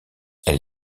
elle